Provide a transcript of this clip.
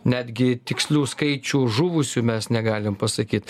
netgi tikslių skaičių žuvusių mes negalim pasakyt